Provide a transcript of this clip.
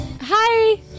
Hi